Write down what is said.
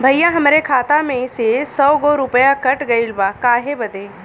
भईया हमरे खाता मे से सौ गो रूपया कट गइल बा काहे बदे?